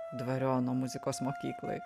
dvariono muzikos mokyklai